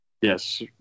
yes